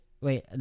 Wait